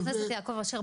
חה"כ יעקב אשר,